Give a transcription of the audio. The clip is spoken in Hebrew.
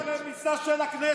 חברת הכנסת גוטליב.